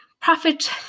profit